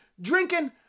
drinking